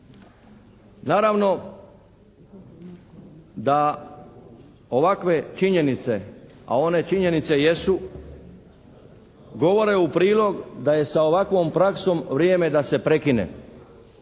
Naravno da ovakve činjenice a one činjenice jesu govore u prilog da je sa ovakvom praksom vrijeme da se prekine.